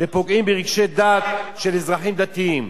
פוגעים ברגשי דת של אזרחים דתיים,